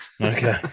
okay